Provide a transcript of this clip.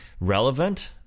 relevant